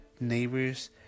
neighbors